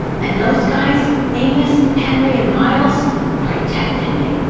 and those guys amos, henry, and miles protected me.